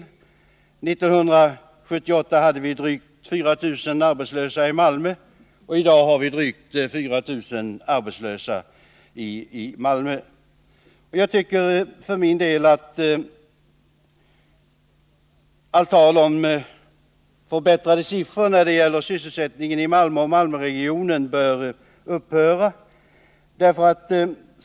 1978 hade vi drygt 4 000 arbetslösa i Malmö, och i dag är fortfarande drygt 4 000 arbetslösa. Jag tycker därför att allt tal om förbättrade siffror när det gäller sysselsättningen i Malmö och Malmöregionen bör upphöra.